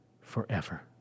forever